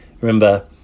remember